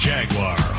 Jaguar